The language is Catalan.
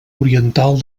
oriental